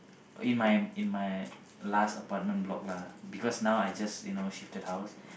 in my in my last apartment block lah because now I just you know shifted house